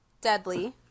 deadly